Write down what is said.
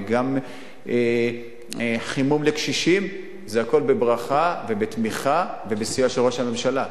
גם חימום לקשישים זה הכול בברכה ובתמיכה ובסיוע של ראש הממשלה.